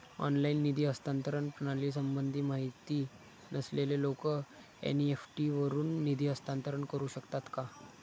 Online निधी हस्तांतरण प्रणालीसंबंधी माहिती नसलेले लोक एन.इ.एफ.टी वरून निधी हस्तांतरण करू शकतात का?